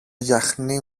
γιαχνί